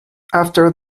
after